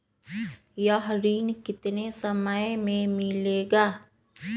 यह ऋण कितने समय मे मिलेगा?